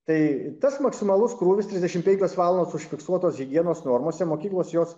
tai tas maksimalus krūvis trisdešim penkios valnos užfiksuotos higienos normose mokyklos jos